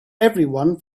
everyone